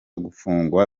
gufungwa